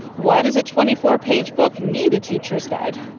why does a twenty four page book need a teacher's guide?